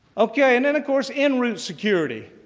okay, and then of course, in route security.